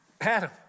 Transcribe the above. Adam